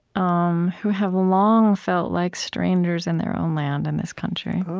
um who have long felt like strangers in their own land in this country